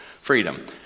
freedom